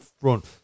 front